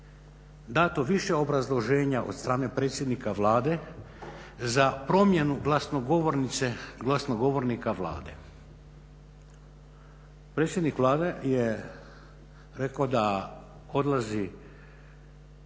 dato više obrazloženja od strane predsjednika Vlade za promjenu glasnogovornika Vlade. Predsjednik Vlade je rekao da odlazi